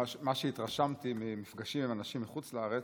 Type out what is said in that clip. ממה שהתרשמתי ממפגשים עם אנשים מחוץ לארץ,